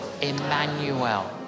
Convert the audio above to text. Emmanuel